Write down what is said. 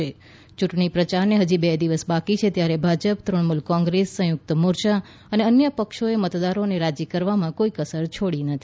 યૂંટણી પ્રચારને હજી બે જ દિવસ બાકી છે ત્યારે ભાજપ તૃણમૂલ કોંગ્રેસ સંયુક્ત મોરચા અને અન્ય પક્ષોએ મતદારોને રાજી કરવામાં કોઈ કસર છોડી નથી